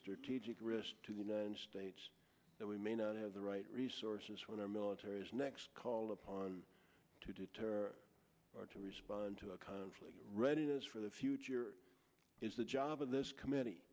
strategic risk to the united states that we may not have the right resources when our military is next called upon to deter or to respond to a conflict readiness for the future is the job of this committee